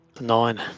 Nine